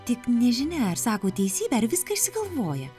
tik nežinia ar sako teisybę ar viską išsigalvoja